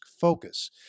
focus